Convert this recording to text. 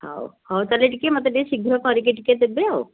ହଉ ହଉ ତା'ହେଲେ ଟିକେ ମୋତେ ଟିକେ ଶୀଘ୍ର କରିକି ଟିକେ ଦେବେ ଆଉ